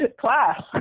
class